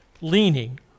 leaning